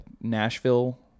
Nashville